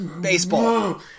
baseball